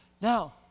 Now